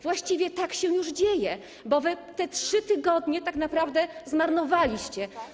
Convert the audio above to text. Właściwie tak się już dzieje, bo wy te trzy tygodnie tak naprawdę zmarnowaliście.